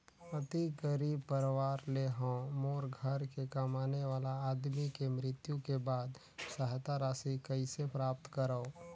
अति गरीब परवार ले हवं मोर घर के कमाने वाला आदमी के मृत्यु के बाद सहायता राशि कइसे प्राप्त करव?